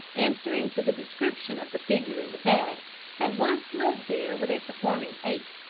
answering to the description of the figure in the bed had once lived there with a performing ape,